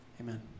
amen